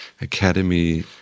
academy